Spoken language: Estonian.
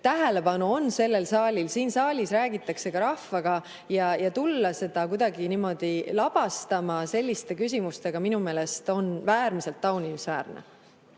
tähelepanu on sellel saalil, siin saalis räägitakse ka rahvaga. Ja tulla seda kuidagi niimoodi labastama selliste küsimustega on minu meelest äärmiselt taunimisväärne.